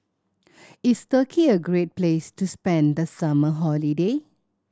is Turkey a great place to spend the summer holiday